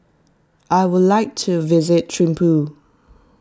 I would like to visit Thimphu